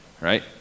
right